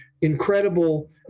incredible